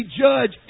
judge